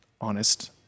honest